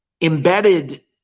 embedded